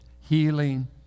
healing